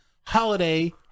holiday